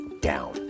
down